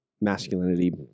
masculinity